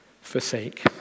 forsake